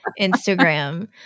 Instagram